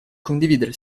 condividere